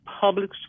public